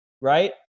right